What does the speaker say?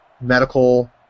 medical